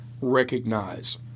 recognize